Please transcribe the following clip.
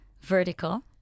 vertical